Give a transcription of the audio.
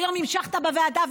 היום המשכת בוועדה,